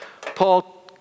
Paul